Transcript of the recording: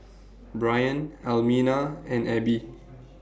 Brion Almina and Abbie